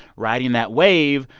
riding that wave,